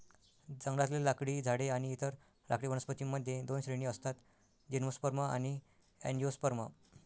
जंगलातले लाकडी झाडे आणि इतर लाकडी वनस्पतीं मध्ये दोन श्रेणी असतातः जिम्नोस्पर्म आणि अँजिओस्पर्म